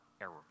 error